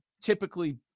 typically